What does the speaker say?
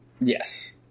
Yes